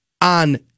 on